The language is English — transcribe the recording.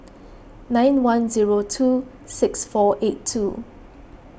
nine one zero two six four eight two